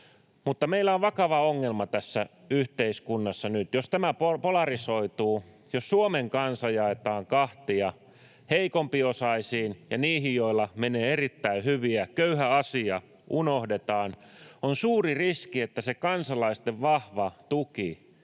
meillä on vakava ongelma tässä yhteiskunnassa nyt. Jos tämä polarisoituu, jos Suomen kansa jaetaan kahtia heikompiosaisiin ja niihin, joilla menee erittäin hyvin, ja köyhän asia unohdetaan, on suuri riski, että se kansalaisten vahva tuki